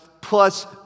plus